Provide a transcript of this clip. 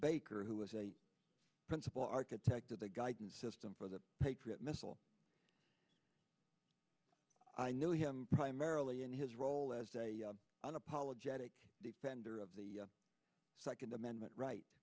baker who was a principal architect of the guidance system for the patriot missile i know him primarily in his role as a unapologetic defender of the second amendment right